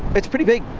it's pretty big.